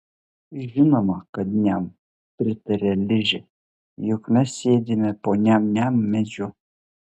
žinoma kad niam pritaria ližė juk mes sėdime po niam niam medžiu